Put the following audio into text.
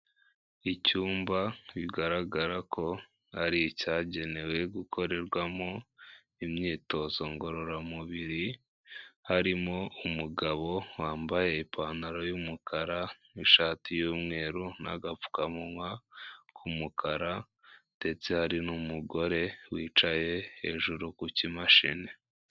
Icyumba bigaragara ko hari icyagenewe gukorerwamo imyitozo ngororamubiri, harimo umugabo wambaye ipantaro y'umukara, n'ishati y'umweru, n'agapfukanwa k'umukara, ndetse hari n'umugore wicaye hejuru ku kimashini.